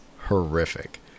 horrific